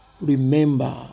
remember